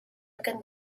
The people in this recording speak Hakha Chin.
kan